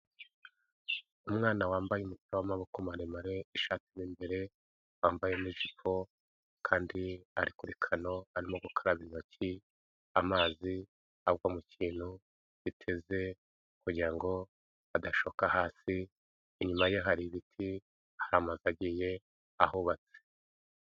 Umwana wambaye umupira w'amaboko maremare, ishati mo imbere, wambaye n'ijipo kandi ari kuri kano arimo gukaraba intoki amazi agwa mu kintu giteze kugira ngo adashoka hasi. Inyuma ye hari ibiti hari amazu agiye ahubatse.